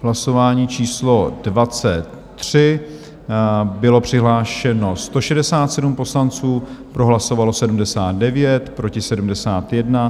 Hlasování číslo 23, bylo přihlášeno 167 poslanců, pro hlasovalo 79, proti 71.